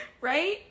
Right